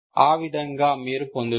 ఆ విధంగా మీరు పొందుతారు